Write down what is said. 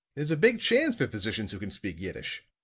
there's a big chance for physicians who can speak yiddish.